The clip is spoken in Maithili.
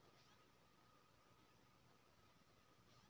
केना कंपनी के केना खाद नीक होय छै?